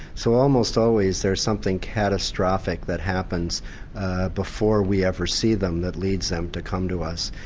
so almost always there's something catastrophic that happens before we ever see them, that leads them to come to us.